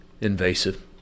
invasive